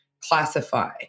classify